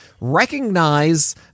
recognize